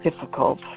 difficult